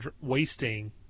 wasting